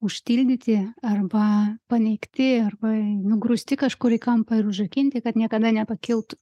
užtildyti arba paneigti arba nugrūsti kažkur į kampą ir užrakinti kad niekada nepakiltų